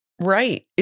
right